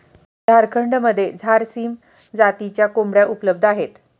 झारखंडमध्ये झारसीम जातीच्या कोंबड्या उपलब्ध आहेत